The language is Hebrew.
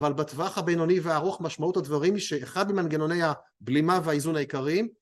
אבל בטווח הבינוני והארוך, משמעות הדברים, שאחד ממנגנוני הבלימה והאיזון העיקריים...